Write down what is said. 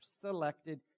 selected